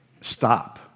stop